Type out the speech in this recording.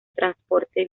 transporte